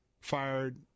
fired